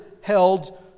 held